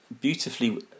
beautifully